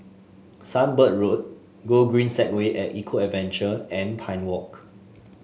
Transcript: Sunbird Road Gogreen Segway at Eco Adventure and Pine Walk